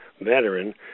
veteran